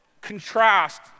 contrast